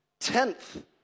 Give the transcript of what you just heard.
Tenth